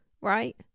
right